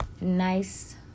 nice